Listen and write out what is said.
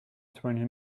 twenty